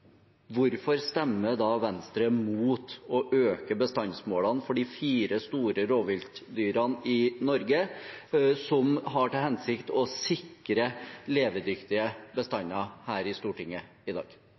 Hvorfor stemmer da Venstre mot forslaget om å øke bestandsmålene for de fire store rovviltartene i Norge – som har til hensikt å sikre levedyktige bestander – i Stortinget i dag?